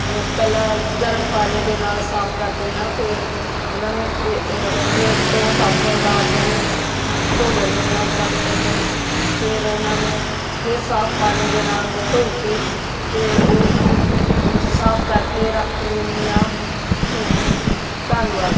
ਪਹਿਲਾਂ ਗਰਮ ਪਾਣੀ ਦੇ ਨਾਲ ਸਾਫ ਕਰਦੀ ਹਾਂ ਫਿਰ ਉਹਨਾਂ ਨੂੰ ਫਿ ਫਿਰ ਤੋਂ ਸਾਬਣ ਲਾ ਕੇ ਧੋ ਲੈਂਦੀ ਹਾਂ ਬਰਤਨ ਨੂੰ ਫਿਰ ਉਹਨਾਂ ਨੂੰ ਫਿਰ ਸਾਫ ਪਾਣੀ ਦੇ ਨਾਲ ਧੋ ਕੇ ਫਿਰ ਉਹ ਸਾਫ ਕਰਕੇ ਰੱਖ ਲੈਂਦੀ ਹਾਂ ਅਤੇ ਧੰਨਵਾਦ